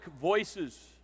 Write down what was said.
voices